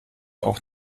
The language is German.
auch